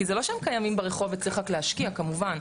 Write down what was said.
כי זה לא שהם קיימים ברחוב וצריך רק להשקיע כמובן.